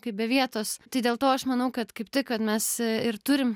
kaip be vietos tai dėl to aš manau kad kaip tik kad mes ir turim